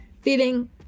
feeling